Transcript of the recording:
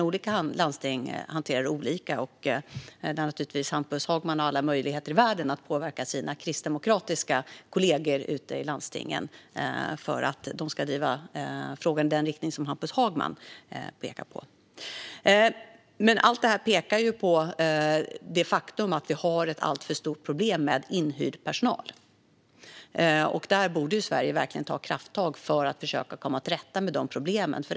Olika landsting hanterar alltså detta olika, och Hampus Hagman har givetvis alla möjligheter i världen att påverka sina kristdemokratiska kollegor i landstingen att driva frågan i den riktning Hampus Hagman önskar. Allt detta pekar på det faktum att vi har ett alltför stort problem med inhyrd personal. Sverige borde verkligen ta krafttag för att försöka att komma till rätta med detta problem.